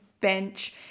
bench